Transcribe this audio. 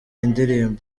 ndirimbo